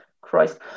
Christ